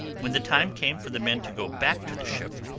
when the time came for the men to go back to the ship,